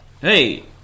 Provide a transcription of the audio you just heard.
Hey